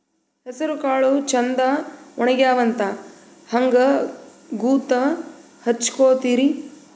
ಹೆಸರಕಾಳು ಛಂದ ಒಣಗ್ಯಾವಂತ ಹಂಗ ಗೂತ್ತ ಹಚಗೊತಿರಿ?